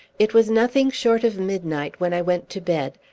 it was nothing short of midnight when i went to bed,